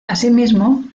asimismo